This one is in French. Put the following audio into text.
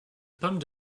pommes